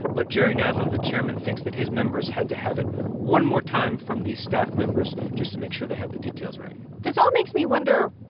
but jerry nadler, the chairman, thinks that his members had to have it one more time from these staff members just to make sure they have the details right this all makes me wonder,